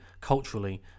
culturally